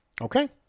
Okay